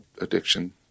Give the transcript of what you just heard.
addiction